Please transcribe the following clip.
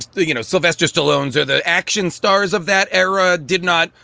you know, sylvester stallone or the action stars of that era did not.